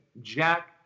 jack